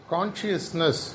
Consciousness